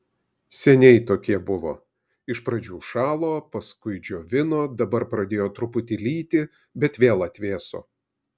seniai tokie buvo iš pradžių šalo paskui džiovino dabar pradėjo truputį lyti bet vėl atvėso